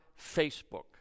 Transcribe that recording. Facebook